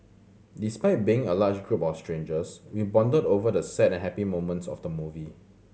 despite being a large group of strangers we bonded over the sad and happy moments of the movie